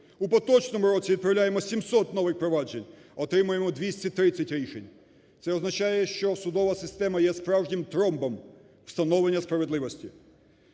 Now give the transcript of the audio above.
У поточному році відправляємо 700 нових проваджень – отримуємо 230 рішень. Це означає, що судова система є справжнім тромбом встановлення справедливості.